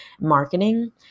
marketing